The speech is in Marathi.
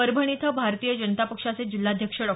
परभणी इथं भारतीय जनता पक्षाचे जिल्हाध्यक्ष डॉ